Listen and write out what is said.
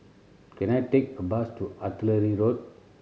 can I take a bus to Artillery Road